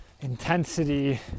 intensity